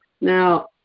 Now